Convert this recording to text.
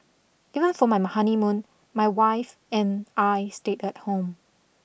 even for my honeymoon my wife and I stayed at home